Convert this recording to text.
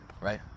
right